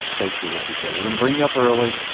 basically what we said. we're going to bring you up early.